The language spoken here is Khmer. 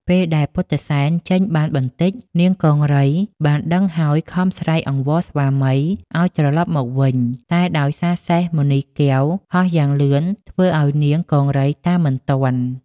ពេលដែលពុទ្ធិសែនចេញបានបន្តិច នាងកង្រីបានដឹងហើយខំស្រែកអង្វរស្វាមីឲ្យត្រឡប់មកវិញ តែដោយសារសេះមណីកែវហោះយ៉ាងលឿនធ្វើឲ្យនាងកង្រីតាមមិនទាន់។